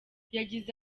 yagize